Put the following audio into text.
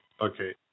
Okay